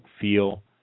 feel